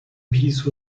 peace